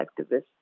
Activists